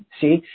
See